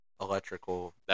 electrical